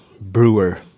brewer